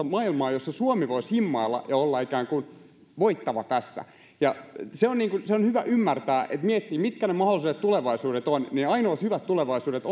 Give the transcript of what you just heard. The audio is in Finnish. maailmaa jossa suomi voisi himmailla ja olla ikään kuin voittava tässä se on hyvä ymmärtää ja miettiä mitkä ne mahdolliset tulevaisuudet ovat ja ainoat hyvät tulevaisuudet